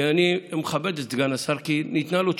אני מכבד את סגן השר, כי ניתנה לו תשובה,